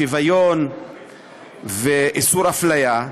שוויון ואיסור הפליה,